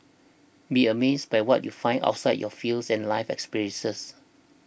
be amazed by what you find outside your fields and life experiences